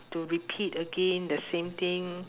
to repeat again the same thing